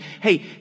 hey